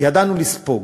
ידענו לספוג,